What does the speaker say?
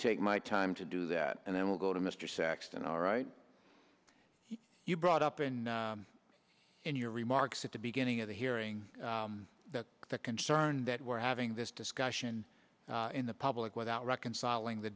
take my time to do that and then we'll go to mr saxton all right you brought up in in your remarks at the beginning of the hearing that concerned that we're having this discussion in the public without reconciling the